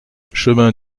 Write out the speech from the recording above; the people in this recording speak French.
chemin